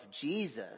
Jesus